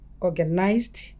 organized